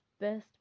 best